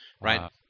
Right